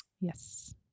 Yes